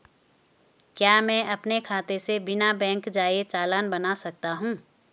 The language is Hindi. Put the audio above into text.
क्या मैं अपने खाते से बिना बैंक जाए चालान बना सकता हूँ?